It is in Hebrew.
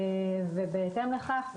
בהתאם לכך,